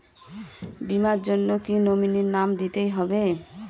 বীমার জন্য কি নমিনীর নাম দিতেই হবে?